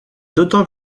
d’autant